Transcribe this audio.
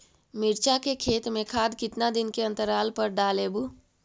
मिरचा के खेत मे खाद कितना दीन के अनतराल पर डालेबु?